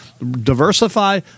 Diversify